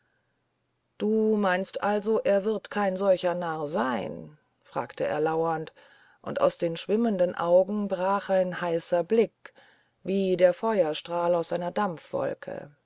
du meinst also er wird kein solcher narr sein fragte er lauernd und aus den schwimmenden augen brach ein heißer blick wie der feuerstrahl aus einer dampfwolke